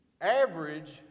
average